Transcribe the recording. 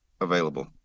available